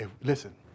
listen